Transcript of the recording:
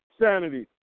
sanity